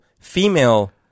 female